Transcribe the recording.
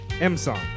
M-Song